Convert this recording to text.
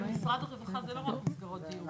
אבל משרד הרווחה זה לא רק מסגרות דיור.